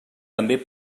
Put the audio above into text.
també